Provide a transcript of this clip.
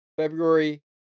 February